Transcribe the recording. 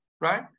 Right